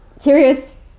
curious